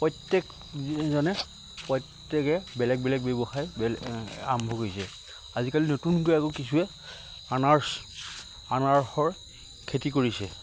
প্ৰত্যেকজনে প্ৰত্যেকে বেলেগ বেলেগ ব্যৱসায় আৰম্ভ কৰিছে আজিকালি নতুনকৈ আকৌ কিছুৱে আনাৰসৰ খেতি কৰিছে